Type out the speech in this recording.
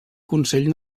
consell